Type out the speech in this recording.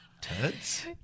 Turds